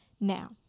Now